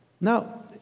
Now